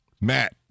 Matt